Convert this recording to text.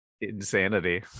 insanity